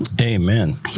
Amen